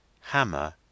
hammer